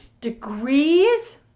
degrees